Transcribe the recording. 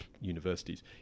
universities